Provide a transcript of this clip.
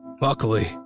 Luckily